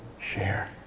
share